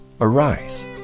arise